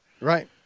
Right